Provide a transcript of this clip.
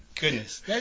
Goodness